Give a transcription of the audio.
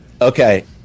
okay